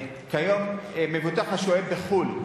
כיום מבוטח השוהה בחו"ל,